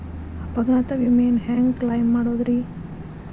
ಅಪಘಾತ ವಿಮೆನ ಹ್ಯಾಂಗ್ ಕ್ಲೈಂ ಮಾಡೋದ್ರಿ?